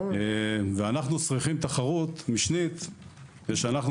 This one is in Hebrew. אנחנו צריכים תחרות משנית כדי שאנחנו